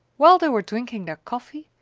while they were drinking their coffee,